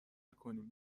کنیم